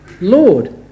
Lord